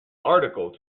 article